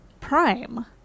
prime